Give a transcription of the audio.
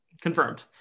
Confirmed